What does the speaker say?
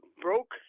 broke